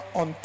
on